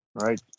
Right